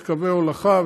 וצריך קווי הולכה,